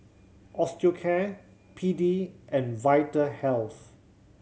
Osteocare P D and Vitahealth